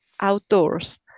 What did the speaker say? outdoors